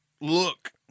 look